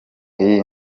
iyi